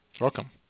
Welcome